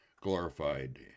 glorified